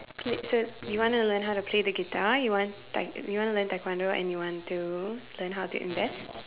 wait so you want to learn how to play the guitar you want taek~ you want to learn taekwondo and you want to learn how to invest